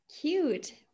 Cute